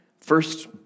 first